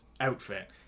outfit